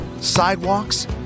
sidewalks